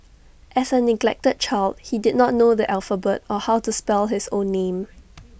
as A neglected child he did not know the alphabet or how to spell his own name